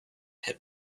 had